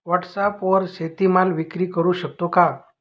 व्हॉटसॲपवर शेती माल विक्री करु शकतो का?